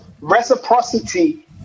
Reciprocity